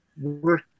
work